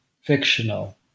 fictional